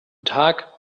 tag